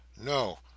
No